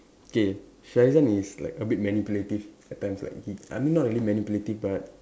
K Sharizan is like a bit manipulative at times like he I mean not really manipulative but